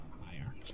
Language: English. higher